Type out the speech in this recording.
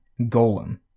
Golem